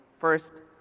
First